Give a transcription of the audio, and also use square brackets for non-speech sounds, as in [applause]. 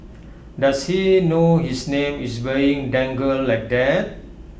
does he know his name is [unintelligible] dangled like that